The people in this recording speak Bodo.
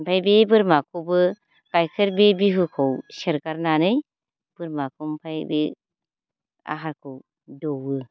ओमफाय बे बोरमाखौबो गायखेर बे बिहुखौ सेरगारनानै बोरमाखौ ओमफाय बे आहारखौ दौवो